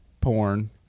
porn